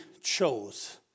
chose